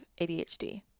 ADHD